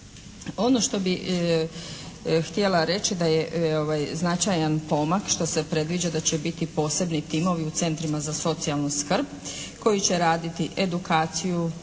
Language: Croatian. Ono što bih htjela reći da je značajan pomak što se predviđa da će biti posebni timovi u centrima za socijalnu skrb koji će raditi edukaciju,